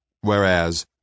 whereas